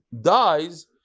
dies